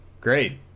great